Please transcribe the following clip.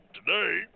Today